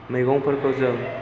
मैगंफोरखौ जों